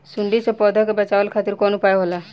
सुंडी से पौधा के बचावल खातिर कौन उपाय होला?